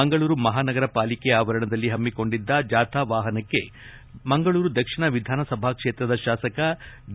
ಮಂಗಳೂರು ಮಹಾನಗರ ಪಾಲಿಕೆ ಆವರಣದಲ್ಲಿ ಹಮ್ಮಿಕೊಂಡಿದ್ದ ಜಾಥಾ ವಾಹನಕ್ಕೆ ಮಂಗಳೂರು ದಕ್ಷಿಣ ವಿಧಾನಸಭಾ ಕ್ಷೇತ್ರದ ಶಾಸಕ ಡಿ